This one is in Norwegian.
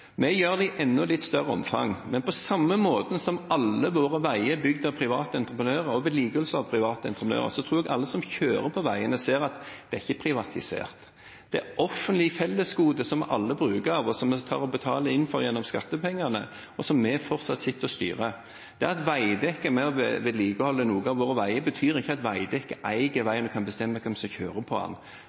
litt større omfang. Men på samme måten som alle våre veier er bygd av private entreprenører og vedlikeholdes av private entreprenører, tror jeg at alle som kjører på veiene, ser at de ikke er privatisert. Det er et offentlig fellesgode som vi alle bruker, og som vi betaler for gjennom skattepengene, og som vi fortsatt sitter og styrer. At Veidekke er med på å vedlikeholde noen av våre veier, betyr ikke at Veidekke eier veien og kan bestemme hvem som kjører på